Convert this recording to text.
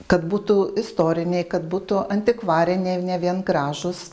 kad būtų istoriniai kad būtų antikvariniai ne vien gražūs